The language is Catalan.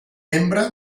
membre